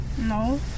no